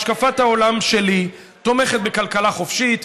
השקפת העולם שלי תומכת בכלכלה חופשית,